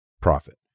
profit